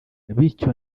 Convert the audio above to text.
bityo